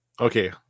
okay